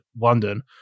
London